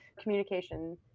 communication